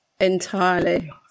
entirely